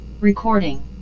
recording